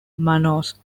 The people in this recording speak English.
manos